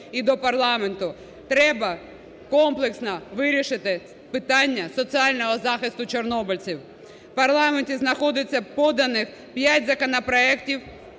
і до парламенту. Треба комплексно вирішити питання соціального захисту чорнобильців. У парламенті знаходиться поданих 5 законопроектів